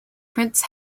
prints